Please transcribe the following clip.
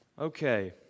Okay